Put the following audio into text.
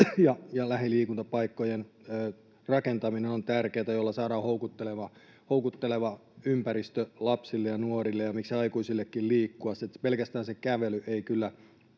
ja lähiliikuntapaikkojen rakentaminen on tärkeätä, ja sillä saadaan houkutteleva ympäristö lapsille ja nuorille ja miksei aikuisillekin liikkua. Pelkästään se kävely ei kyllä